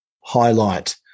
highlight